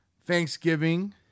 Thanksgiving